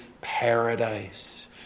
paradise